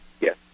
Yes